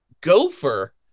gopher